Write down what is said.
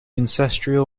ancestral